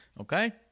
Okay